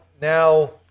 now